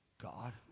God